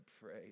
pray